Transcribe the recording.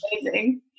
amazing